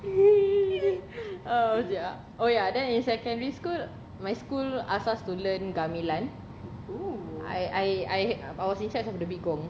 oh ya then in secondary school my school ask us to learn gamelan I I I was in charge of the big gong